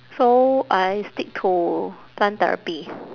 so I stick to plant therapy